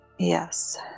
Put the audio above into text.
Yes